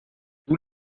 tous